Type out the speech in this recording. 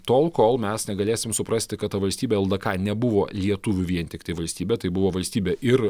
tol kol mes negalėsim suprasti kad ta valstybė ldk nebuvo lietuvių vien tiktai valstybė tai buvo valstybė ir